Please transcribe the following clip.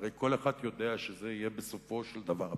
והרי כל אחד יודע שזה יהיה בסופו של דבר הפתרון,